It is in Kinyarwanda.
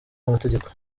amategeko